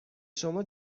شما